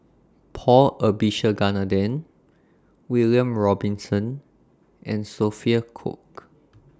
Paul Abisheganaden William Robinson and Sophia Cooke